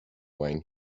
wine